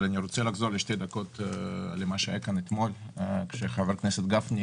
אני רוצה לחזור אל מה שהיה כאן אתמול כאשר חבר הכנסת גפני,